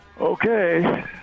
Okay